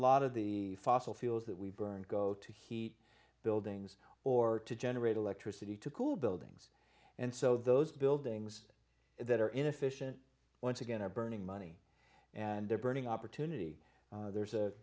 lot of the fossil fuels that we burn go to heat buildings or to generate electricity to cool buildings and so those buildings that are inefficient once again are burning money and they're burning opportunity there's a